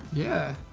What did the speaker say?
yeah!